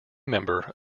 member